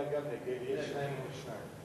אז השר יצביע גם נגד, ויהיו שניים מול שניים.